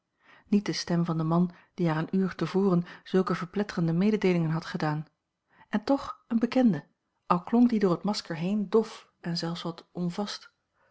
niet de stem van den man die haar een uur te voren zulke verpletterende mededeelingen had gedaan en toch eene bekende al klonk die door het masker heen dof en zelfs wat onvast